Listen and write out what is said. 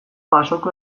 pasoko